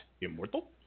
Immortal